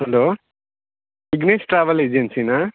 hello Vignesh travel ಏಜೆನ್ಸಿಯಾ